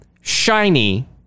shiny